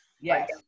Yes